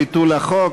ביטול החוק),